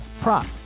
prop